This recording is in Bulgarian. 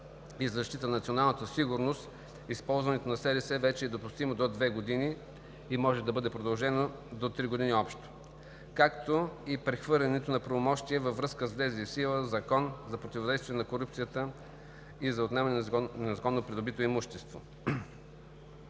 и защита на националната сигурност, използването на СРС е допустимо до 2 години, може да бъде продължено до 3 години общо, както и прехвърляне на правомощия във връзка с влезлия в сила Закон за противодействие на корупцията и за отнемане на незаконно придобито имущество.